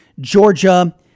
Georgia